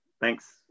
Thanks